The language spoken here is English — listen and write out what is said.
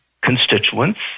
constituents